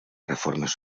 reformes